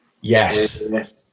Yes